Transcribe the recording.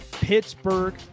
Pittsburgh